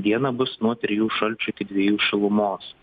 dieną bus nuo trijų šalčio iki dviejų šilumos